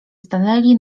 stanęli